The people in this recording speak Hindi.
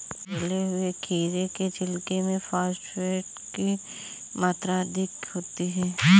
जले हुए खीरे के छिलके में फॉस्फेट की मात्रा अधिक होती है